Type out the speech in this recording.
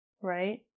right